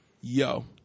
Yo